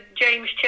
James